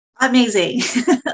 Amazing